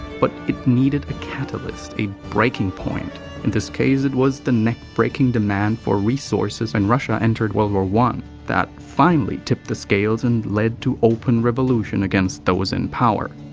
but it needed a catalyst, a breaking point in this case it was the neckbreaking demand for resources when and russia entered world war one that finally tipped the scales and led to open revolution against those in power.